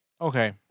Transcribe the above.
Okay